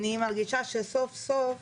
אני מרגישה שסוף סוף